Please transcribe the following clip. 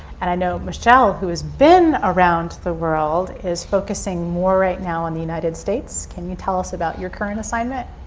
and i know michelle who has been around the world is focussing more right now on the united states. can you tell us about your current assignment?